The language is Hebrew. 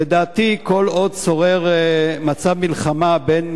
לדעתי, כל עוד שורר מצב מלחמה בין